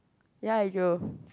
ya you go